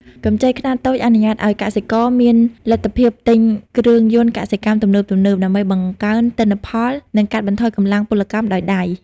កម្ចីខ្នាតតូចអនុញ្ញាតឱ្យកសិករមានលទ្ធភាពទិញគ្រឿងយន្តកសិកម្មទំនើបៗ ដើម្បីបង្កើនទិន្នផល និងកាត់បន្ថយកម្លាំងពលកម្មដោយដៃ។